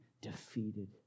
defeated